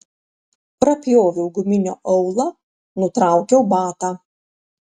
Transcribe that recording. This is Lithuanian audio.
prapjoviau guminio aulą nutraukiau batą